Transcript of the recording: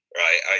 right